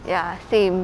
ya same